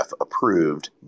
approved